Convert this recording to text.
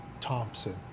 Thompson